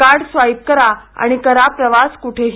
card swipe करा आणि करा प्रवास कुठेही